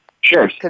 Sure